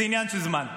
זה עניין של זמן.